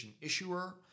issuer